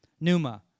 Numa